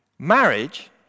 Marriage